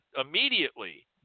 immediately